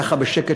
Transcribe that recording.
ככה בשקט,